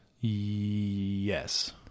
Yes